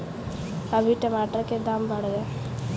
अभी टमाटर के दाम बढ़ गए